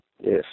yes